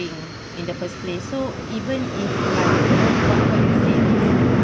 in the first place so even if like no person saying